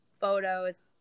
photos